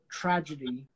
tragedy